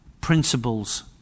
principles